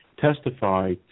testify